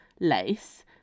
lace